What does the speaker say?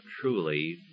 truly